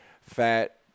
fat